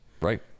Right